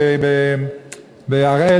בהראל,